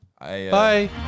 Bye